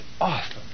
awesome